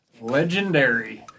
Legendary